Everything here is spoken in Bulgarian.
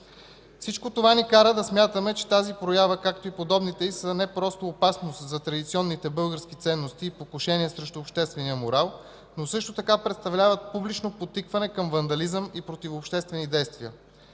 Всичко това ни кара да смятаме, че тази проява, както и подобните й, са не просто опасност за традиционните български ценности и покушения срещу обществения морал, но също така представляват публично подтикване към вандализъм и противообществени действия.